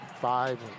five